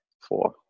four